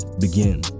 begin